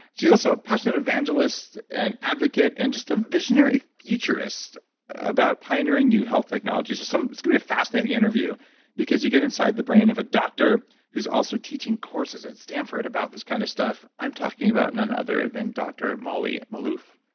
she's also a passionate evangelist and advocate and just a visionary futurist about pioneering new health technologies so it's going to be a fascinating interview because you get inside the brain of a doctor who's also teaching courses at stanford about this kind of stuff. i'm talking about none other than dr. molly maloof.